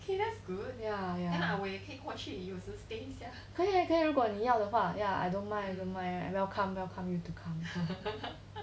ya 可以可以如果你要的话 ya I don't mind welcome welcome you to come